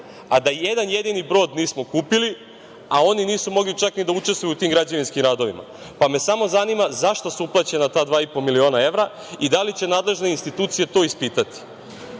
a da ni jedan jedini brod nismo kupili, a oni nisu mogli čak ni da učestvuju u tim građevinskim radovima? Samo me zanima – zašto su uplaćena ta 2,5 miliona evra i da li će nadležne institucije to ispitati? Za